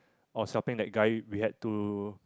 I was helping that guy react to